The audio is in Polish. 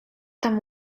tam